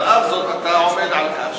ועל אף זאת אתה עומד על כך,